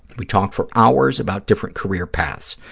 we talked for hours about different career paths,